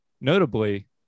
Notably